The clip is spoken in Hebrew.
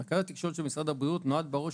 מרכז התקשורת של משרד הבריאות נועד בראש